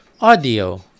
audio